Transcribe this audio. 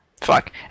fuck